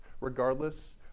regardless